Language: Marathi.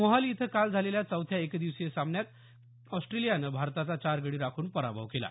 मोहाली इथं काल झालेल्या चौथ्या एकदिवसीय सामन्यात ऑस्ट्रेलियानं भारताचा चार गडी राखून पराभव केला